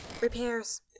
Repairs